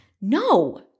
No